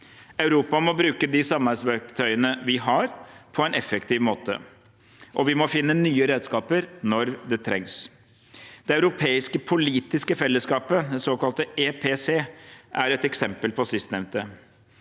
Europa må bruke de samarbeidsverktøyene vi har, på en effektiv måte, og vi må finne nye redskaper når det trengs. Det europeiske politiske fellesskapet, EPC, er et eksempel på sistnevnte.